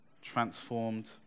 Transformed